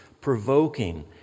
provoking